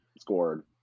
scored